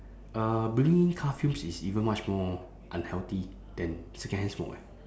uh breathing in car fumes is even much more unhealthy than secondhand smoke eh